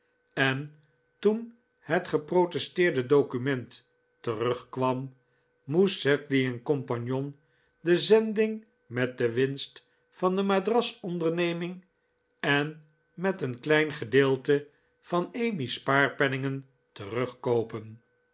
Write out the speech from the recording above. en toen het geprotesteerde document terugkwam moest sedley co de zending met de winst van de madras onderneming en met een klein gedeelte van emmy's spaarpenningen terugkoopen